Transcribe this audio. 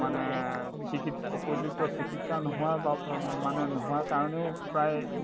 মানে চিকিৎসা উপযুক্ত চিকিৎসা নোহোৱাৰ বা মানে নোহোৱাৰ কাৰণেও প্ৰায়